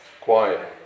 quiet